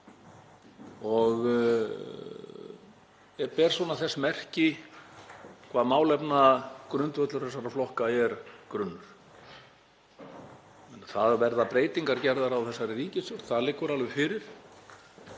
sem ber þess merki hvað málefnagrundvöllur þessara flokka er grunnur. Það verða breytingar gerðar á þessari ríkisstjórn. Það liggur alveg fyrir.